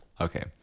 Okay